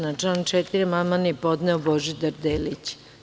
Na član 4. amandman je podneo Božidar Delić.